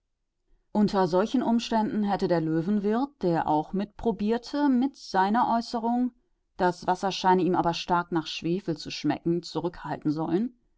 unter solchen umständen hätte der löwenwirt der auch mit probierte mit seiner äußerung das wasser scheine ihm aber stark nach schwefel zu schmecken zurückhalten sollen